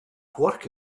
work